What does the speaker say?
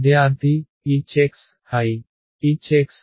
విద్యార్థి HxHy